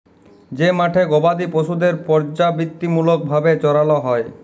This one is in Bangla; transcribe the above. যে মাঠে গবাদি পশুদের পর্যাবৃত্তিমূলক ভাবে চরাল হ্যয়